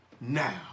now